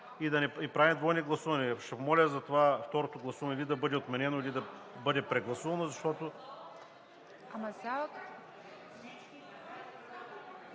и да не правим двойни гласувания. Ще помоля второто гласуване или да бъде отменено, или да бъде прегласувано, защото…